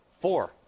Four